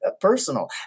personal